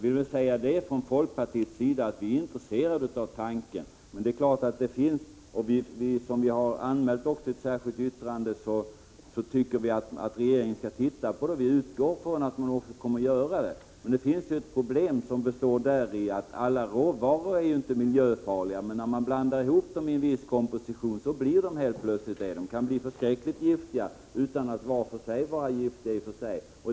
Vii folkpartiet är intresserade av tanken därpå, men som vi också har anmält i ett särskilt yttrande anser vi att regeringen bör undersöka den saken. Vi utgår också från att den kommer att göra det. Ett problem är att alla råvaror inte är miljöfarliga, men när de blandas ihop i en viss komposition kan de bli förskräckligt giftiga.